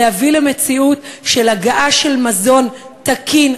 להביא למציאות של הגעה של מזון תקין,